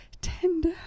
tender